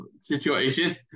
situation